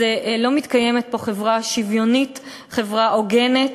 לא מתקיימת פה חברה שוויונית, חברה הוגנת,